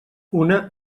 una